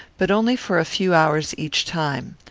but only for a few hours each time.